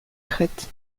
crète